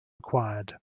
required